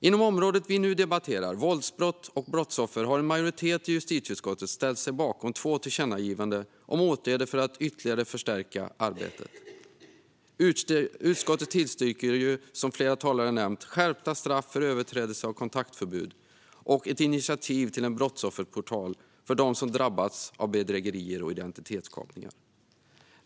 Inom området vi nu debatterar, våldsbrott och brottsoffer, har en majoritet i justitieutskottet ställt sig bakom två förslag om tillkännagivanden om åtgärder för att ytterligare förstärka arbetet. Utskottet tillstyrker, som flera talare har nämnt, dels skärpta straff för överträdelse av kontaktförbud, dels ett initiativ till en brottsofferportal för dem som drabbats av bedrägerier och identitetskapningar.